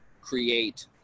create